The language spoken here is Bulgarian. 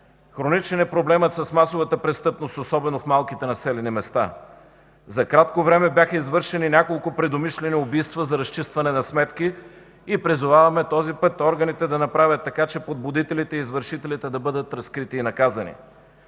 Хроничен е проблемът с масовата престъпност, особено в малките населени места. За кратко време бяха извършени няколко предумишлени убийства за разчистване на сметки и призоваваме този път органите да направят така, че подбудителите и извършителите да бъдат разкрити и наказани.